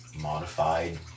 modified